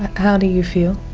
how do you feel?